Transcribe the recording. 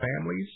families